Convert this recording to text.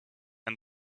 and